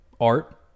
art